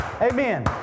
Amen